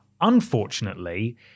Unfortunately